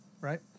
right